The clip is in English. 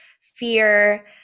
fear